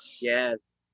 Yes